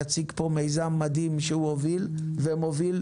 יציג פה מיזם מדהים שהוא הוביל ומוביל,